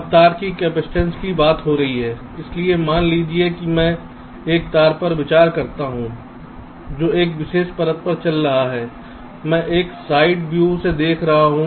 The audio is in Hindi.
अब तार की कैपेसिटेंस की बात हो रही है इसलिए मान लीजिए कि मैं एक तार पर विचार करता हूं जो एक विशेष परत पर चल रहा है मैं एक साइड व्यू देख रहा हूं